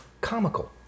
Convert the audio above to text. comical